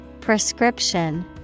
Prescription